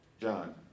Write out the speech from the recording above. John